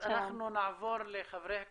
אנחנו נעבור לחברי הכנסת,